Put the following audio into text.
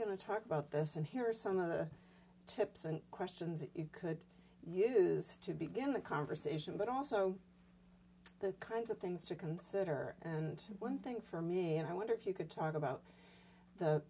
to talk about this and here are some of the tips and questions that you could use to begin the conversation but also the kinds of things to consider and one thing for me and i wonder if you could talk about the